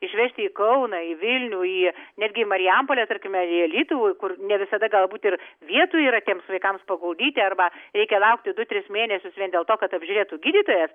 išvesti į kauną į vilnių į netgi į marijampolę tarkime ar į alytų kur ne visada galbūt ir vietų yra tiems vaikams paguldyti arba reikia laukti du tris mėnesius vien dėl to kad apžiūrėtų gydytojas